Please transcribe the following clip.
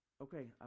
okay